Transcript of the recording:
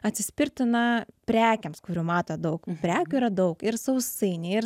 atsispirti na prekėms kurių mato daug prekių yra daug ir sausainiai ir